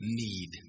need